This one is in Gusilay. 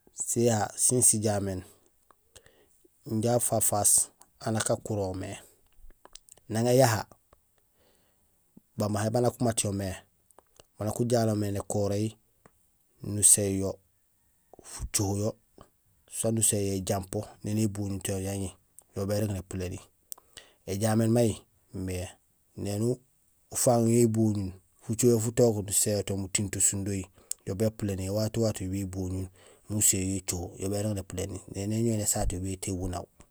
Siyaha sin sijaméén inja afafaas han nak akurol mé; nang éyaha bamahé baan nak umaat yo mé ban nak ujalomé nékoréhi nusin yo fucoho yo soit nusin yo éjampo néni éboñul to yaŋi yo bérég népuléni éjaméén may mé éni ufaaŋ yo éboñul fucoho yo futogut nusin yo to muting to sundohi yo bépuléni éwato wato yo béboñul imbu usin yo écoho bérég népuléni éni éñowi nésaté yo téhul bun naw.